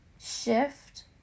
shift